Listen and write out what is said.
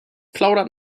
plaudert